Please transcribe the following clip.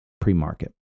pre-market